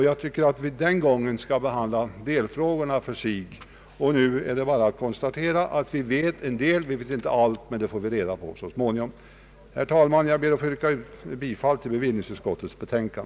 Jag tycker att vi den gången skall behandla delfrågorna för sig. Nu är det bara att konstatera att vi vet en del. Vi vet inte allt, men det får vi reda på så småningom. Herr talman! Jag ber att få yrka bifall till bevillningsutskottets hemställan.